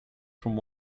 from